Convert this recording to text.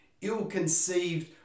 ill-conceived